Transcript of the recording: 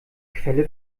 quelle